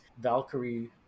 Valkyrie